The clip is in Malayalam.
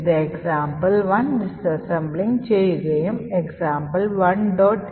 ഇത് example1 ഡിസ്അസംബ്ലിംഗ് ചെയ്യുകയും example1